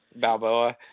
Balboa